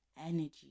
energy